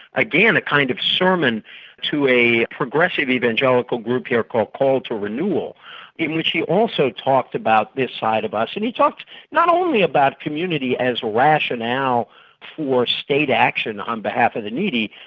again, a kind of sermon to a progressive evangelical group here called call to renewal in which he also talked about this side of us. and he talked not only about community as a rationale for state action on behalf of the needy,